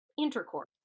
Intercourse